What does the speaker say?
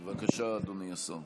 בבקשה, אדוני השר.